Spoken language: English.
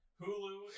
hulu